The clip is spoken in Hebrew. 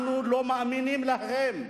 אנחנו לא מאמינים להם,